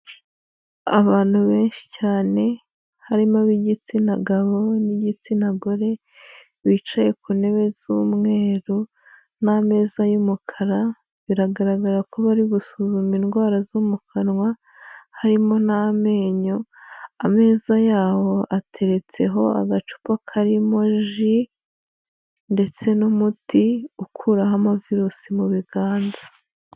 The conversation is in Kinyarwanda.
Abantu benshi cyane harimo ab’igitsina gabo n'igitsina gore bicaye ku ntebe z'umweru n'ameza y’umukara, biragaragara ko bari gusuzuma indwara zo mu kanwa harimo n'amenyo, ameza yabo ateretseho agacupa karimo ji ndetse n'umuti ukuraho ama virusi mu biganza.